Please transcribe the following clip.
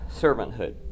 servanthood